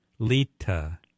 Lita